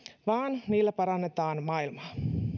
vaan niillä parannetaan maailmaa